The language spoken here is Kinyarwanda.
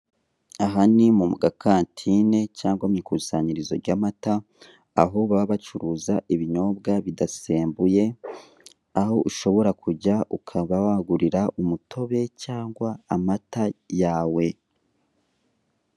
Aha ni mu gakantine cyangwa mw'ikusanyirizo ry'amata, aho baba bacuruza ibinyobwa bidasembuye. Aho ushobora kujya ukaba wagurira umutobe cyangwa amata yawe.